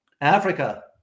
Africa